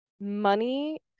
Money